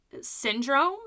syndrome